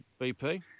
BP